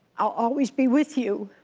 i'll always be with you.